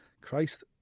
Christ